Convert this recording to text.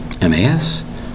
M-A-S-